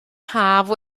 haf